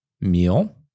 meal